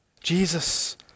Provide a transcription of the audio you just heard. Jesus